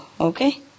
okay